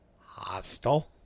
hostile